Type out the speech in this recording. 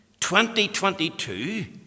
2022